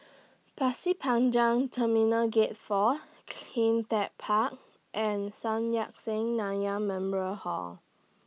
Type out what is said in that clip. Pasir Panjang Terminal Gate four CleanTech Park and Sun Yat Sen Nanyang Memorial Hall